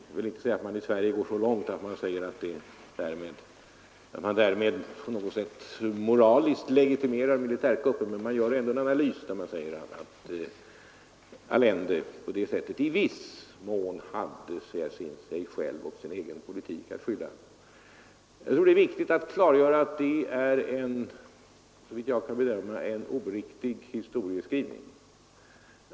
Jag vill inte säga att man i Sverige går så långt att man därmed på något sätt moraliskt legitimerar militärkuppen, men man gör ändå en analys som går ut på att Allende i viss mån hade sig själv och sin politik att skylla. Jag tror det är viktigt att klargöra att det, såvitt jag kan ; bedöma, är en oriktig historieskrivning.